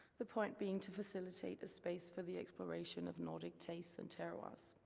the point being to facilitate a space for the exploration of nordic taste and terroirs.